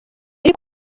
riri